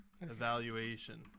evaluation